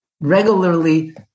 regularly